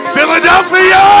Philadelphia